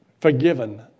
Forgiven